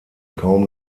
kaum